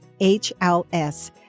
HLS